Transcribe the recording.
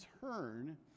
turn